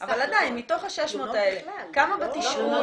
מתוך ה-600 האלה, כמה בתשאול